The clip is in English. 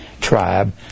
tribe